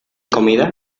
comida